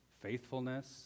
faithfulness